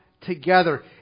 together